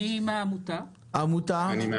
אני חייבת להגיד שכעמותה אנחנו מאוד מתוסכלים ונדהמים